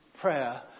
prayer